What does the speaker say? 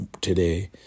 today